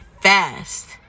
fast